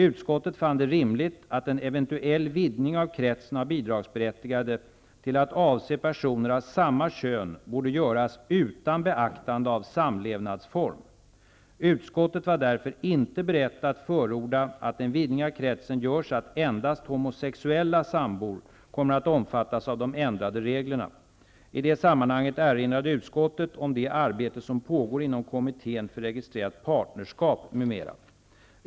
Utskottet fann det rimligt att en eventuell vidgning av kretsen av bidragsberättigde till att avse personer av samma kön borde göras utan beaktande av samlevnadsform. Utskottet var därför inte berett att förorda att en vidgning av kretsen görs så, att endast homosexuella sambor kommer att omfattas av de ändrade reglerna. I det sammanhanget erinrade utskottet om det arbete som pågår inom kommittén för registrerat partnerskap m.m.